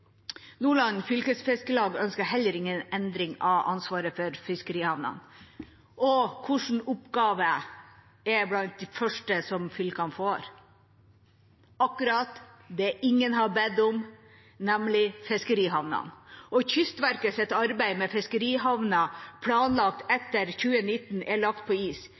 Nordland Fylkes Fiskarlag ønsker heller ingen endring av ansvaret for fiskerihavnene. Og hvilke oppgaver er blant de første fylkene får? Akkurat – det ingen har bedt om, nemlig fiskerihavnene. Kystverkets arbeid med fiskerihavner planlagt etter 2019 er lagt på is.